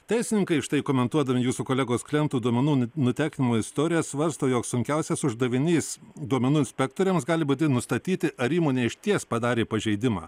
teisininkai štai komentuodami jūsų kolegos klientų duomenų nutekinimo istoriją svarsto jog sunkiausias uždavinys duomenų inspektoriams gali būti nustatyti ar įmonė išties padarė pažeidimą